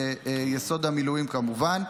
חוק-יסוד המילואים כמובן,